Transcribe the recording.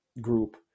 group